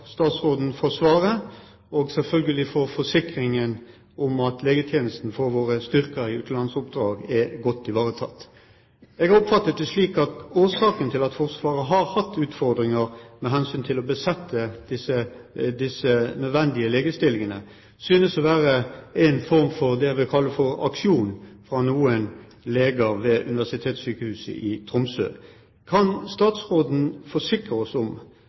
statsråden for svaret og selvfølgelig for forsikringen om at legetjenesten for våre styrker i utenlandsoppdrag er godt ivaretatt. Jeg oppfattet det slik at årsaken til at Forsvaret har hatt utfordringer med hensyn til å besette disse nødvendige legestillingene, synes å være en form for det jeg vil kalle aksjon fra noen leger ved Universitetssykehuset i Tromsø. Kan statsråden forsikre oss om